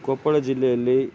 ಕೊಪ್ಪಳ ಜಿಲ್ಲೆಯಲ್ಲಿ